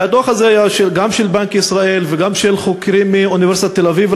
והדוח הזה היה גם של בנק ישראל וגם של חוקרים מאוניברסיטת תל-אביב,